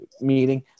meeting